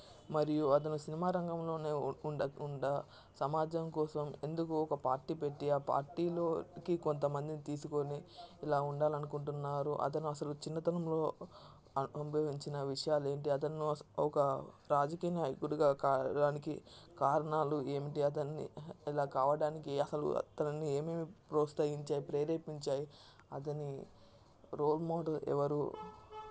మరియు అతను సినిమా రంగంలోనే ఉండ ఉండకుండా సమాజం కోసం ఎందుకు ఒక పార్టీ పెట్టి ఆ పార్టీలోకి కొంతమందిని తీసుకొని ఇలా ఉండాలి అనుకుంటున్నారు అతను అసలు చిన్నతనంలో అనుభవించిన విషయాలు ఏమిటి అతనిలో ఒక రాజకీయ నాయకుడిగా కావడానికి కారణాలు ఏమిటి అతనిని ఇలా కావడానికి అసలు అతను ఏమేమి ప్రోత్సహించాయి ప్రేరేపించాయి అతని రోల్ మోడల్ ఎవరు